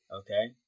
Okay